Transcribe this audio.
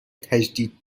تجدید